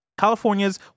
California's